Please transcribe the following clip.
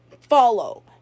follow